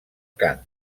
cant